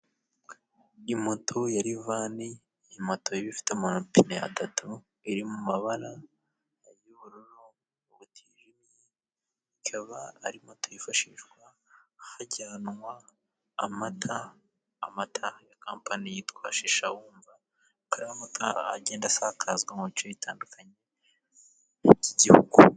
Moto ya lifani, ni moto ifite amapine atatu. Iri mu mabara y'ubururu butijimye, ikaba ari moto yifashishwa mu gutwara amata ya compani ,yitwa Shishawumva. Akaba ari amata agenda asakazwa, mu bice bitandukanye by'igihugu.